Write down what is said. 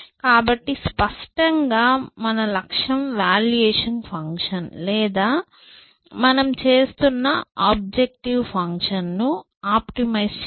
కాబట్టి స్పష్టంగా మన లక్ష్యం వాల్యుయేషన్ ఫంక్షన్ లేదా మనం పనిచేస్తున్న ఆబ్జెక్టివ్ ఫంక్షన్ ను ఆప్టిమైజ్ చేయడం